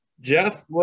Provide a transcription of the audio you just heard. Jeff